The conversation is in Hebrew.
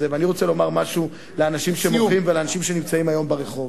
אני רוצה לומר משהו לאנשים שמוחים ולאנשים שנמצאים היום ברחוב,